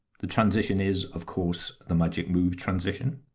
the transition is of course the magic move transition.